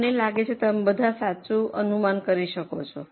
મને લાગે છે કે તમે બધા સાચો અનુમાન કરી શકો છો